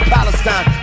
Palestine